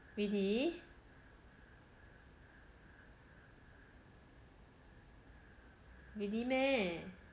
really really meh